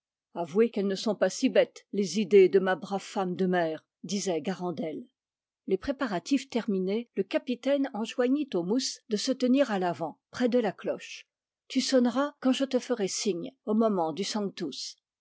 avouez qu'elles ne sont pas si bêtes les idées de ma brave femme de mère disait garandel les préparatifs terminés le capitaine enjoignit au mousse de se tenir à l'avant près de la cloche tu sonneras quand je te ferai signe au moment du sanctus